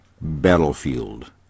Battlefield